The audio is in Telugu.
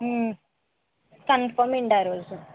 కన్ఫర్మ్ అండీ ఆ రోజు